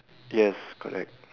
yes correct